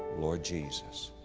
lord jesus.